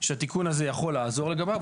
שהתיקון הזה יכול לעזור לגביו.